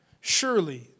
Surely